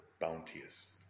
bounteous